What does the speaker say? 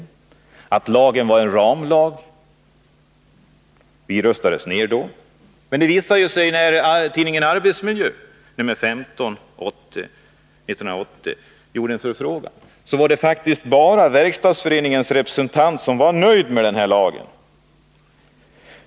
Vi kritiserade den för att den var en ramlag. Men vi röstades ned. När tidningen Arbetsmiljö nr 15, 1980, gjorde en förfrågan visade det sig att det bara var Verkstadsföreningens representant som var nöjd med lagen.